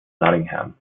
nottingham